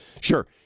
Sure